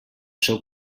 seu